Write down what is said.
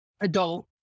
adult